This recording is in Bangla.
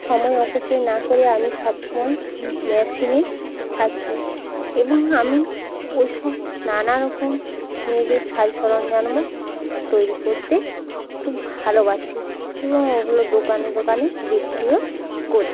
সময় অপচয় না করে আমি সব সময় মেশিনে থাকি এবং আমি ওই সব নানা রকম মেয়েদের সাজ সরঞ্জামও তৈরি করতে খুব ভালোবাসি এবং ওগুলো দোকানে দোকানে বিক্রিও করি